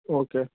okay